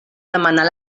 demanar